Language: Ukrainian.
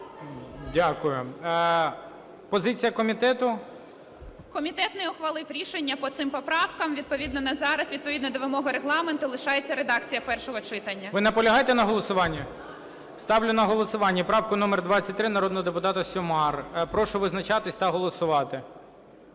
Дякую. Позиція комітету? КРАСНОСІЛЬСЬКА А.О. Комітет не ухвалив рішення по цих поправках, відповідно на зараз відповідно до вимоги Регламенту лишається редакція першого читання. ГОЛОВУЮЧИЙ. Ви наполягаєте на голосуванні? Ставлю на голосування правку номер 23 народний депутата Сюмар. Прошу визначатись та голосувати.